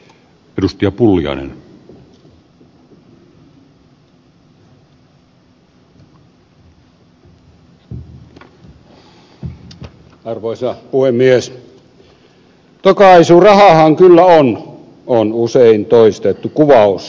tokaisu rahaahan kyllä on on usein toistettu kuvaus ajastamme